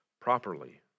properly